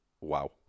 wow